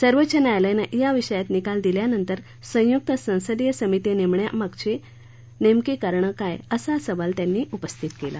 सर्वोच्च न्यायालयानं या विषयात निकाल दिल्यानंतर संयुक्त संसदीय समिती नेमण्याची मागणी करण्यामागचं नेमकं कारण काय असा सवाल त्यांनी उपस्थित केला